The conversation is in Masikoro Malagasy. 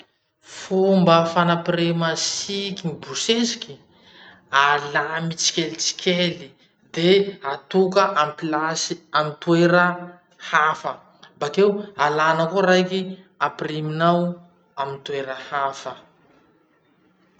Fomba fanapirima siky mibosesiky: alamy tsikelitsikely de atoka amy place amy toera hafa, bakeo alana koa raiky apiriminao amy toera hafa.